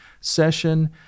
session